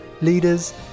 leaders